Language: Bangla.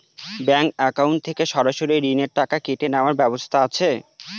ব্যাংক অ্যাকাউন্ট থেকে সরাসরি ঋণের টাকা কেটে নেওয়ার ব্যবস্থা আছে?